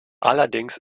allerdings